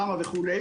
למה וכו'.